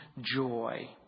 joy